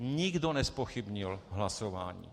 Nikdo nezpochybnil hlasování.